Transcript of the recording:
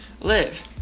Live